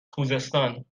خوزستان